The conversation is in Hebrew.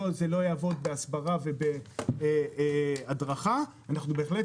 לא יעבוד בהסברה ובהדרכה אנחנו בהחלט